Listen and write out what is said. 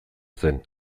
zen